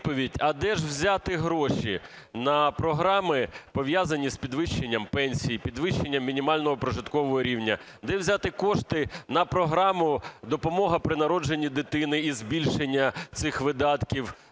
де ж взяти гроші на програми, пов'язані з підвищенням пенсій, підвищенням мінімального прожиткового рівня? Де взяти кошти на програму "Допомога при народженні дитини" і збільшення цих видатків,